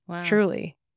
truly